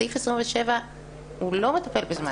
סעיף 27 לא מטפל בזמן